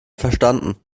verstanden